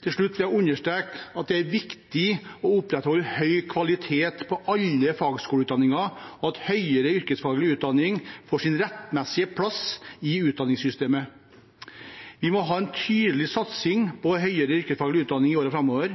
Til slutt vil jeg understreke at det er viktig å opprettholde høy kvalitet på alle fagskoleutdanninger og at høyere yrkesfaglig utdanning får sin rettmessige plass i utdanningssystemet. Vi må ha en tydelig satsing på høyere yrkesfaglig utdanning i årene framover.